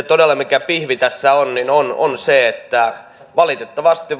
todella se pihvi joka tässä on on se että valitettavasti